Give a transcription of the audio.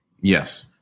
Yes